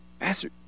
Master